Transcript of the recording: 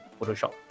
photoshop